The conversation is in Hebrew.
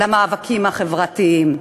חברים למאבקים החברתיים,